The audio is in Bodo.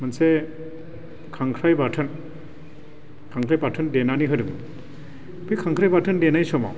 मोनसे खांख्राइ बाथोन देनानै होदोंमोन बे खांख्राइ बाथोन देनाय समाव